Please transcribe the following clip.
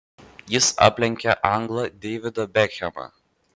jis aplenkė anglą deividą bekhemą